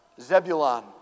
Zebulon